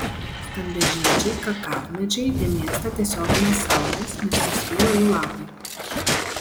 stambiažiedžiai kakavmedžiai nemėgsta tiesioginės saulės nes nusvyla jų lapai